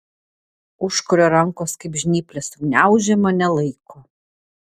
užkurio rankos kaip žnyplės sugniaužė mane laiko